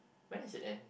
when does it end